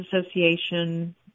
Association